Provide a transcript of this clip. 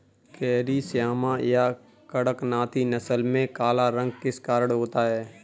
Carry Shyama या कड़कनाथी नस्ल में काला रंग किस कारण होता है?